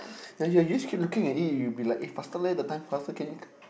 ya you just keep looking at it you will be like eh faster leh the time can you